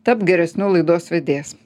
tapk geresniu laidos vedėjas